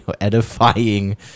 edifying